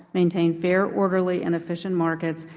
maintain fair, orderly and efficient markets,